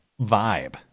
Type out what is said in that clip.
vibe